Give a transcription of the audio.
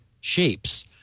shapes